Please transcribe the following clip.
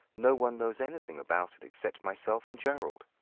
no one knows anything about it except myself and gerald.